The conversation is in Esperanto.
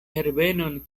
herbenon